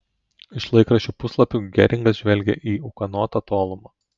iš laikraščių puslapių geringas žvelgė į ūkanotą tolumą